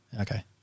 Okay